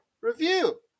review